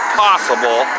possible